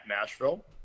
Nashville